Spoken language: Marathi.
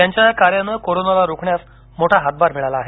त्यांच्या या कार्याने कोरोनाला रोखण्यास मोठा हातभार मिळाला आहे